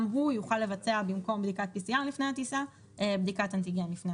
גם הוא יוכל לבצע במקום בדיקת PCR לפני הטיסה בדיקת אנטיגן.